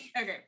Okay